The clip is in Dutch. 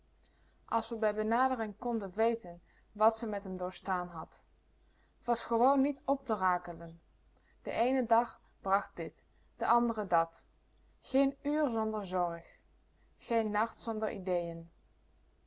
as we bij benadering konden weten wat ze met m doorstaan had t was gewoon niet op te rakelen de eene dag bracht dit de andere dat geen uur zonder zorg geen nacht zonder ideejen